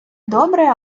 добре